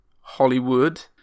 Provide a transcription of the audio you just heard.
Hollywood